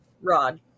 Rod